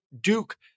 Duke